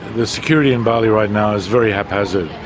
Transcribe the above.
the security in bali right now is very haphazard.